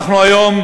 אנחנו שמענו היום